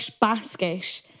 basket